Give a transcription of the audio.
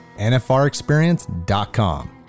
NFRExperience.com